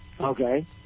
Okay